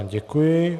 Děkuji.